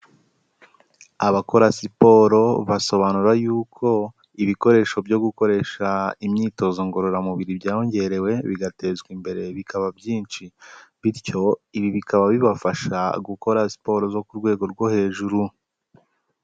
Abakora siporo basobanura y'uko ibikoresho byo gukoresha imyitozo ngororamubiri byongerewe bigatezwa imbere bikaba byinshi, bityo ibi bikaba bibafasha gukora siporo zo ku rwego rwo hejuru.